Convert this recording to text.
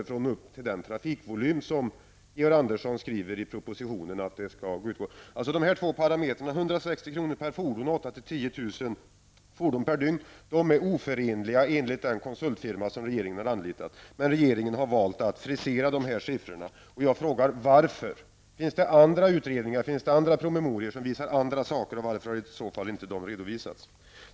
för att nå upp till de trafikvolymer som Georg Andersson i propositionen skriver att man vill ha. Dessa två parametervärden -- 160 kr. per fordon och 8 000--10 000 fordon per dygn -- är enligt den konsultfirma som regeringen anlitat oförenliga. Men regeringen har valt att frisera dessa siffror. Jag frågar: Varför? Finns det andra utredningar eller promemorior som redovisar annat, och varför har dessa i sådana fall inte redovisats?